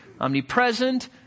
omnipresent